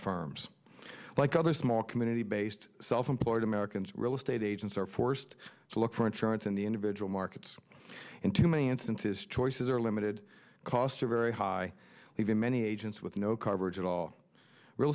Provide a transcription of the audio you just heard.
firms like other small community based self employed americans real estate agents are forced to look for insurance in the individual markets in too many instances choices are limited costs are very high even many agents with no coverage at all real